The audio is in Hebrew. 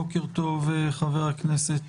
בוקר טוב חבר הכנסת